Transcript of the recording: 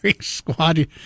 squad